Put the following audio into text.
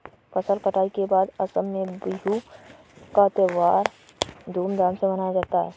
फसल कटाई के बाद असम में बिहू का त्योहार धूमधाम से मनाया जाता है